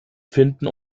finden